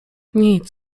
nic